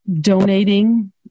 donating